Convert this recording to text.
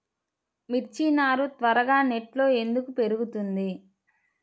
మిర్చి నారు త్వరగా నెట్లో ఎందుకు పెరుగుతుంది?